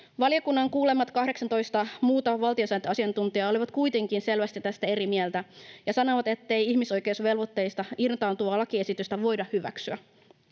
Valiokunnan kuulemat 18 muuta valtiosääntöasiantuntijaa olivat kuitenkin selvästi tästä eri mieltä ja sanoivat, ettei ihmisoikeusvelvoitteista irtaantuvaa lakiesitystä voida hyväksyä.